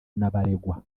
n’abaregwa